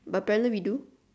but apparently we do